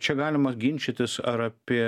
čia galima ginčytis ar apie